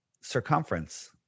circumference